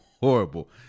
horrible